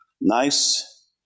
nice